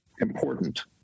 important